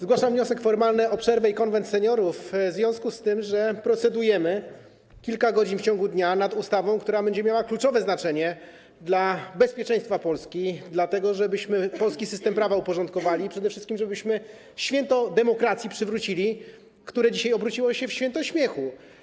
Zgłaszam wniosek formalny o przerwę i zwołanie Konwentu Seniorów w związku z tym, że procedujemy kilka godzin w ciągu dnia nad projektem ustawy, która będzie miała kluczowe znaczenie dla bezpieczeństwa Polski, dla tego, żebyśmy polski system prawa uporządkowali i przede wszystkim przywrócili święto demokracji, które dzisiaj obróciło się w święto śmiechu.